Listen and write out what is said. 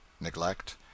neglect